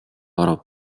оров